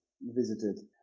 visited